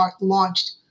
launched